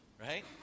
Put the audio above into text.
right